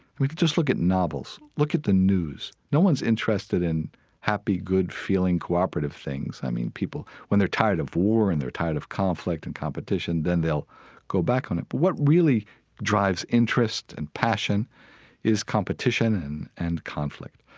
just look at novels. look at the news. no one's interested in happy, good-feeling cooperative things. i mean, people when they're tired of war and they're tired of conflict and competition, then they'll go back on it. but what really drives interest and passion is competition and and conflict.